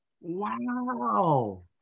wow